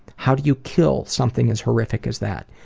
how do you kill something as horrific as that?